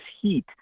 heat